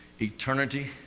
Eternity